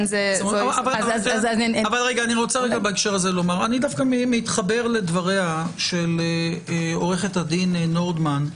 אני דווקא מתחבר לדבריה של עו"ד נורדמן,